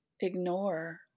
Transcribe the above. ignore